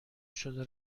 شده